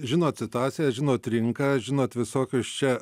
žinot situaciją žinot rinką žinot visokius čia